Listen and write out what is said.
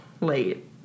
late